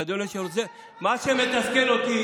ואדוני היושב-ראש תספר להם על מנדלבליט,